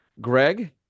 Greg